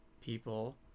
people